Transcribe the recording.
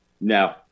No